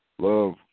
Love